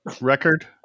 record